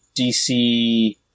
DC